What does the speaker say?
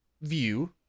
view